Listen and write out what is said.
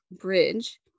bridge